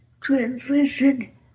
translation